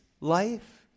life